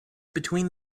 between